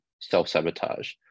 self-sabotage